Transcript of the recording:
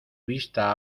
vista